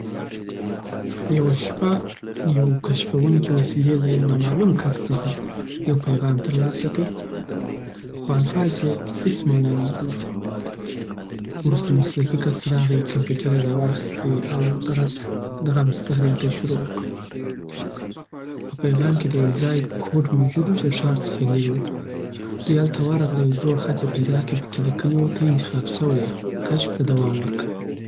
یوه شپه، یوې کشفوونکې وسيلې له یوه نامعلوم کس څخه یو پیغام ترلاسه کړ. خو الفاظ ېې هېڅ مانا نه درلوده وروسته مسلکی کس راغی او کمپیوټر ېې راواخیست اود رمز تحلیل ته یی شروع وکړه. په پیغام کښې د یوه ځای کوډ موجود و، چې د ښار څخه لری وو دوی چی هلته ورغله یو زوړ خط یی پیدا کړ چې لیکلي و: "ته انتخاب شوې یې، کشف ته دوام ورکړه